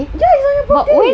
ya it's on your birthday